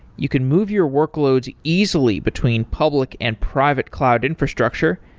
you can move your workloads easily between public and private cloud infrastructure,